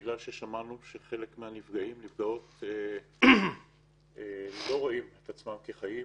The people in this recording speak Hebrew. חלק מהנפגעים/נפגעות לא רואים את עצמם כחיים,